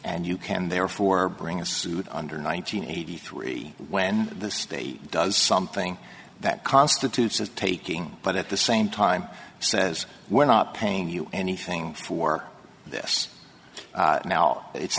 and you can therefore bring a suit under nine hundred eighty three when the state does something that constitutes is taking but at the same time says we're not paying you anything for this now it's